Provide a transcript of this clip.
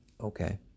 Okay